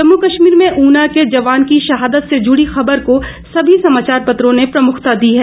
जम्मू कश्मीर में ऊना के जवान की शहादत से जुड़ी खबर को सभी समाचार पत्रों ने प्रमुखता दी है